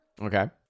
Okay